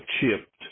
chipped